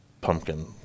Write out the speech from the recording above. pumpkin